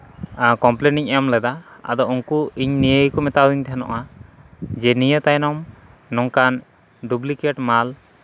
complain ᱤᱧ ᱮᱢ ᱞᱮᱫᱟ ᱟᱫᱚ ᱩᱱᱠᱩ ᱤᱧ ᱱᱤᱭᱟᱹ ᱜᱮᱠᱚ ᱢᱮᱛᱟᱣᱫᱤᱧ ᱛᱟᱦᱮᱱᱚᱜᱼᱟ ᱡᱮ ᱱᱤᱭᱟᱹ ᱛᱟᱭᱱᱚᱢ ᱱᱚᱝᱠᱟᱱ ᱰᱩᱵᱽᱞᱤᱠᱮᱴ ᱢᱟᱞ